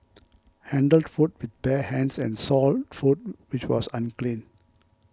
handled food with bare hands and sold food which was unclean